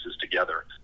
together